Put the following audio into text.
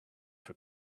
for